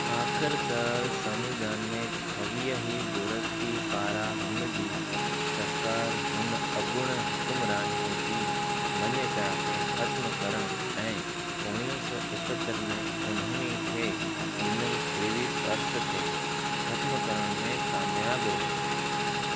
आख़िरकार संविधान में छवीह ई दुरुस्ती पारां हुन जी सरकार हुन अगू॒णे हुक्मराननि जी मञता खे ख़तमु करणु ऐं उणिवीह सौ एकहतरि में उन्हनि ई खे डि॒नलु प्रिवी पर्स खे ख़त्मु करणु में कामयाबु रही